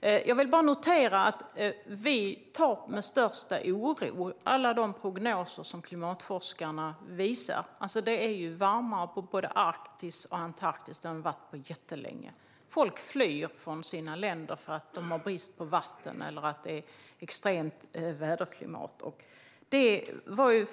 Jag vill bara notera att vi ser med största oro på alla de prognoser som klimatforskarna visar. Det är varmare i både Arktis och Antarktis än det varit på jättelänge. Människor flyr från sina länder för att de har brist på vatten eller att det är extremt väder och klimat.